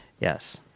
yes